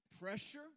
pressure